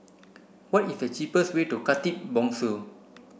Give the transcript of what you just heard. what is the cheapest way to Khatib Bongsu